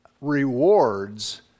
rewards